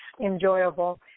enjoyable